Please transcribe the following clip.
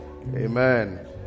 amen